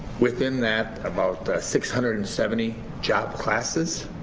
within that about six hundred and seventy job classes.